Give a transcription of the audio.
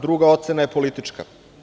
Druga ocena je politička.